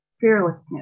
fearlessness